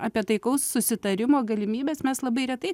apie taikaus susitarimo galimybes mes labai retai